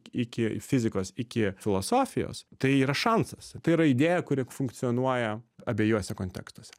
iki fizikos iki filosofijos tai yra šansas tai yra idėja kuri funkcionuoja abiejuose kontekstuose